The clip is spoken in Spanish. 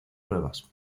pruebas